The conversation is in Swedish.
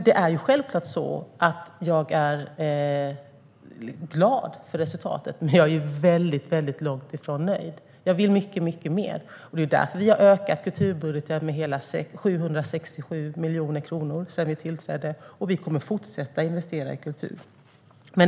Jag är självklart glad för resultatet, men jag är långt ifrån nöjd. Jag vill mycket mer, och det är därför vi har ökat kulturbudgeten med hela 767 miljoner kronor sedan vi tillträdde. Vi kommer att fortsätta att investera i kultur.